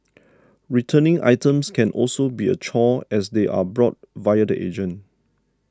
returning items can also be a chore as they are brought via the agent